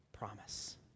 promise